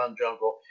jungle